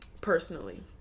Personally